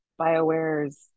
BioWare's